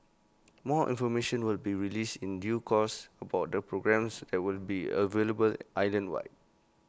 more information will be released in due course about the programmes that will be available island wide